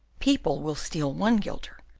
people will steal one guilder,